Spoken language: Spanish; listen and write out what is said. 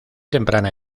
temprana